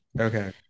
Okay